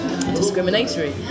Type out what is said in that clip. discriminatory